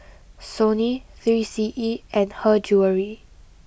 Sony three C E and Her Jewellery